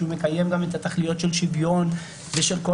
שהוא מקיים גם את התכליות של שוויון ושל כל